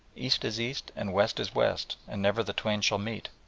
east is east and west is west, and never the twain shall meet.